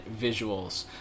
visuals